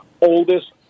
oldest